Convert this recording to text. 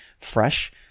fresh